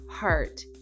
Heart